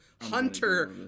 Hunter